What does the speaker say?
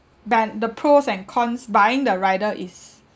ben~ the pros and cons buying the rider is